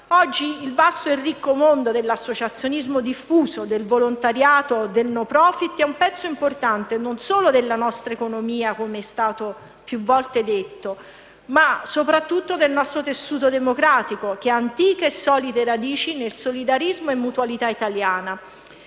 Oggi il vasto e ricco mondo dell'associazionismo diffuso, del volontariato e del *no profit* è un pezzo importante non solo della nostra economia - com'è stato più volte detto - ma sopratutto del nostro tessuto democratico, che ha antiche e solide radici nel solidarismo e nella mutualità italiana.